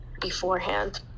beforehand